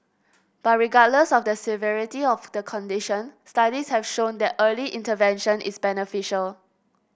but regardless of the severity of the condition studies have shown that early intervention is beneficial